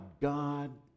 God